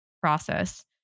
process